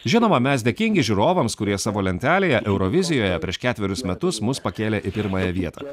žinoma mes dėkingi žiūrovams kurie savo lentelėje eurovizijoje prieš ketverius metus mus pakėlė į pirmąją vietą